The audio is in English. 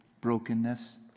brokenness